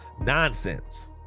nonsense